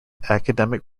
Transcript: academic